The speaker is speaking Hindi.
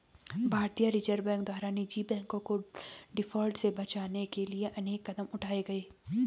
भारतीय रिजर्व बैंक द्वारा निजी बैंकों को डिफॉल्ट से बचाने के लिए अनेक कदम उठाए गए